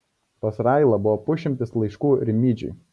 pas railą buvo pusšimtis laiškų rimydžiui